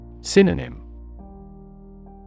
Synonym